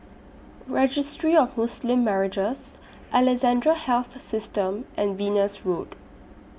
Registry of Muslim Marriages Alexandra Health System and Venus Road